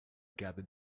gathered